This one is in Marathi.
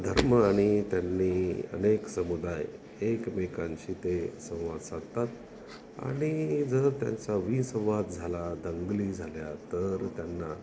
धर्म आणि त्यांनी अनेक समुदाय एकमेकांशी ते संवाद साधतात आणि जर त्यांचा विसंवाद झाला दंगली झाल्या तर त्यांना